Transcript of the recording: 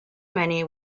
many